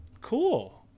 cool